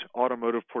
automotive